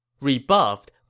Rebuffed